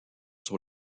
sur